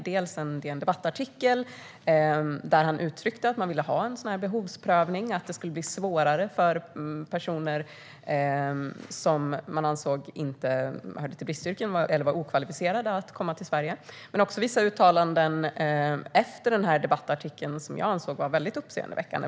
Dels var det en DN Debatt-artikel, där han uttryckte att man vill ha behovsprövning och att det ska bli svårare för personer som inte anses höra till bristyrken eller som är okvalificerade att komma till Sverige, dels var det vissa uttalanden efter debattartikeln som jag ansåg var väldigt uppseendeväckande.